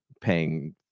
paying